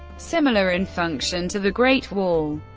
similar in function to the great wall,